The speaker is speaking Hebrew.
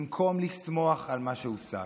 במקום לשמוח על מה שהושג,